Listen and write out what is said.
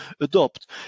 adopt